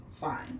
fine